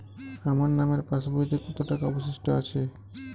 আমার নামের পাসবইতে কত টাকা অবশিষ্ট আছে?